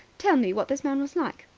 tell me, what this man was like?